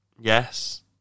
Yes